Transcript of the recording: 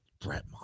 brett